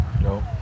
No